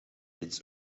eens